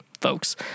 folks